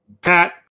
Pat